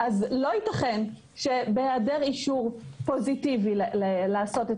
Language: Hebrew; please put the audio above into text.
אז לא ייתכן שבהיעדר אישור פוזיטיבי לעשות את